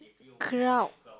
crowd